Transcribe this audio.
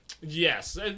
Yes